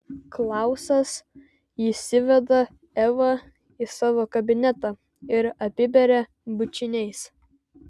klausas įsiveda evą į savo kabinetą ir apiberia bučiniais